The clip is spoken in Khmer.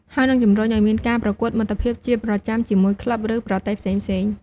ហើយនឹងជំរុញឲ្យមានការប្រកួតមិត្តភាពជាប្រចាំជាមួយក្លឹប ឬប្រទេសផ្សេងៗ។